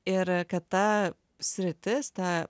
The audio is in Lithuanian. ir kad ta sritis ta